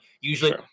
usually